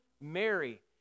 Mary